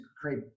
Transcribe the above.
create